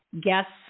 guests